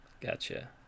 Gotcha